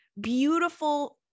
beautiful